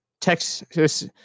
Texas